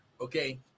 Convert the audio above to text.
Okay